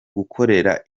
gukorera